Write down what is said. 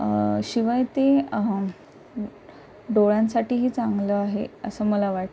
शिवाय ते डोळ्यांसाठीही चांगलं आहे असं मला वाटतं